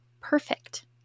perfect